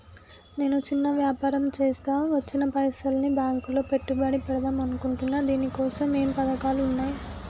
నేను చిన్న వ్యాపారం చేస్తా వచ్చిన పైసల్ని బ్యాంకులో పెట్టుబడి పెడదాం అనుకుంటున్నా దీనికోసం ఏమేం పథకాలు ఉన్నాయ్?